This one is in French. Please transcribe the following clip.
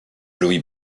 louis